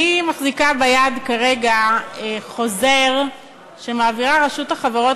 אני מחזיקה כרגע ביד חוזר שמעבירה רשות החברות